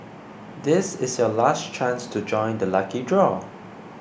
this is your last chance to join the lucky draw